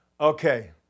Okay